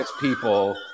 people